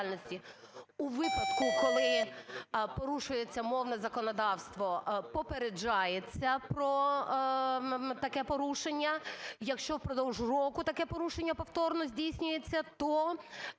у випадку, коли порушується мовне законодавство, попереджається про таке порушення. Якщо впродовж року таке порушення повторно здійснюється, то